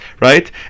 right